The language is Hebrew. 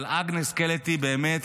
אבל אגנס קלטי באמת,